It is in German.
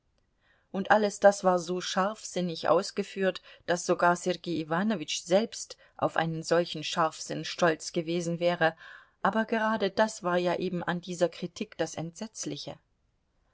und alles das war so scharfsinnig ausgeführt daß sogar sergei iwanowitsch selbst auf einen solchen scharfsinn stolz gewesen wäre aber gerade das war ja eben an dieser kritik das entsetzliche